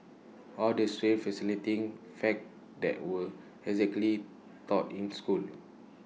all the strange fascinating facts that were exactly taught in school